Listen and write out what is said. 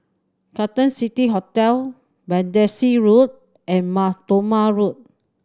Carlton City Hotel Battersea Road and Mar Thoma Road